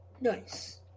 Nice